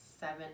seven